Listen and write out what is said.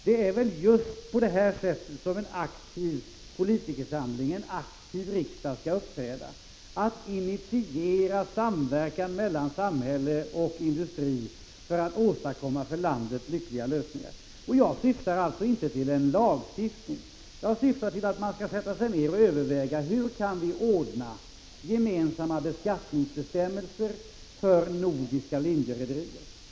Det är just på detta sätt som en aktiv politikerförsamling, en aktiv riksdag, skall uppträda, dvs. genom att initiera samverkan mellan samhälle och industri för att åstadkomma för landet lyckliga lösningar. Jag syftar alltså inte till en lagstiftning. Jag syftar till att man skall sätta sig ned och överväga hur vi kan ordna gemensamma beskattningsbestämmelser för nordiska linjerederier.